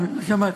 לא שמעתי.